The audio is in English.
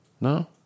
No